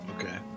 okay